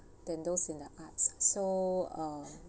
than those in the arts so uh